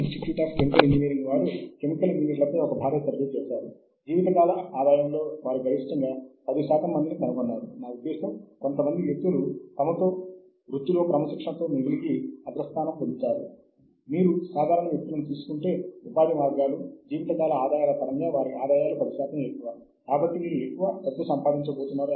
ఈ కార్యక్రమము క్రింద దేశములో గల వివిధ విద్యాసంస్థలకు పెద్ద సంఖ్యలో సాహిత్య వనరులు అందించబడతాయి